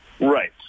Right